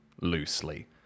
loosely